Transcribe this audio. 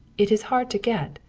it is hard to get.